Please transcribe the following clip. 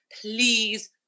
please